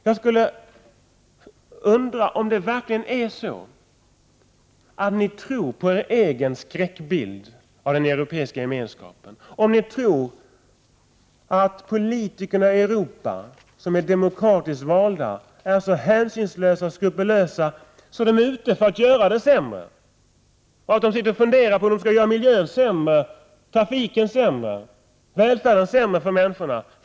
Jag undrar om ni verkligen tror på er egen skräckbild av den europeiska gemenskapen, om ni tror att politikerna i Europa, som är demokratiskt valda, är så hänsynslösa och skrupelfria att de är ute efter att göra det sämre och att de sitter och funderar på hur de skall göra miljön, trafiken och välfärden sämre för människorna.